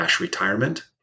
retirement